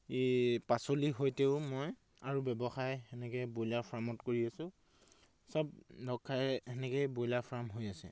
ই পাচলিৰ সৈতেও মই আৰু ব্যৱসায় সেনেকৈ ব্ৰইলাৰ ফাৰ্মত কৰি আছোঁ চব লগখাই সেনেকৈয়ে ব্ৰইলাৰ ফাৰ্ম হৈ আছে